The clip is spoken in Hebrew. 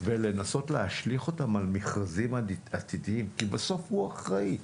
ולנסות להשליך אותן על מכרזים עתידיים כי בסוף הוא אחראי.